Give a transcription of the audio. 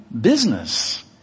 business